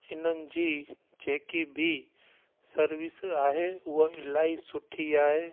हिननि जी जेकी बि सर्विस आहे उहा इलाही सुठी आहे